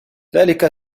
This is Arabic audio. ذلك